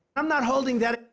i'm not holding that.